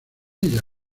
ella